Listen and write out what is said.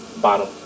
bottom